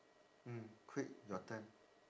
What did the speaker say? mm quick your turn